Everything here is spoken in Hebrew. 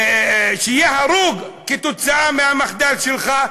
שיהיה הרוג כתוצאה מהמחדל שלך,